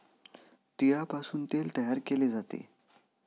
तिळापासून तेल तयार केले जाते